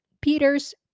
Peter's